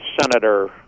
Senator